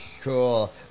Cool